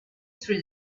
through